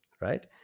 right